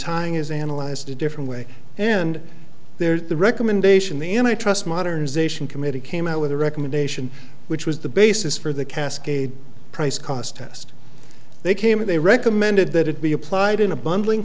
timing is analyzed a different way and there's the recommendation the antitrust modernization committee came out with a recommendation which was the basis for the cascade price cost test they came in they recommended that it be applied in a bundling